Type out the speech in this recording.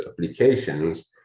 applications